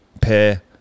pair